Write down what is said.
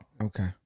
Okay